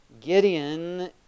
Gideon